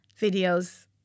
videos